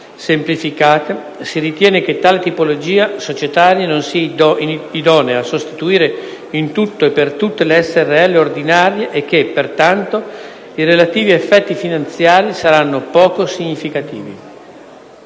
semplificate, si ritiene che tale tipologia societaria non sia idonea a sostituire in tutto e per tutto le SRL ordinarie e che, pertanto, i relativi effetti finanziari saranno poco significativi;